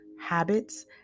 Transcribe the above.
habits